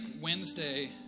Wednesday